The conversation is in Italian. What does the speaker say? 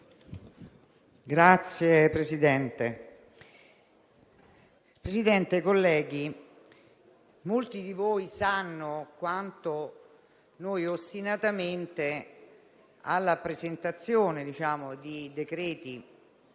Signor Presidente, colleghi, molti di voi sanno quanto noi ostinatamente alla presentazione di decreti